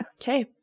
okay